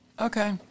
Okay